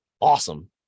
awesome